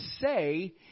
say